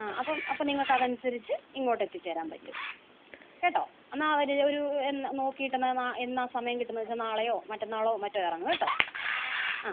ആ അപ്പം അപ്പോൾ നിങ്ങൾക്ക് അത് അനുസരിച്ച് ഇങ്ങോട്ട് എത്തിച്ചേരാൻ പറ്റും കേട്ടോ എന്നാ അവർ ഒരു എന്നാൽ നോക്കിയിട്ട് എന്നാൽ എന്നാൽ സമയം കിട്ടുന്ന ദിവസം നാളെയോ മറ്റന്നാളോ മറ്റോ ഇറങ്ങ് കേട്ടോ ആ